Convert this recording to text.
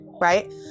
right